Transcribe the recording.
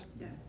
Yes